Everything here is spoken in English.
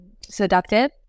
seductive